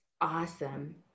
Awesome